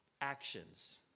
actions